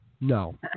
No